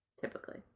Typically